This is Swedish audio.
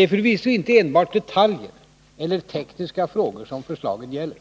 är förvisso inte enbart detaljer eller tekniska frågor som förslagen gäller.